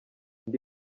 ndi